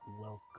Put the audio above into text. Welcome